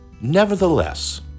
Nevertheless